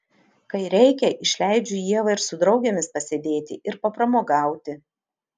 kai reikia išleidžiu ievą ir su draugėmis pasėdėti ir papramogauti